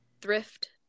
Thrift